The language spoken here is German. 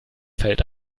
fällt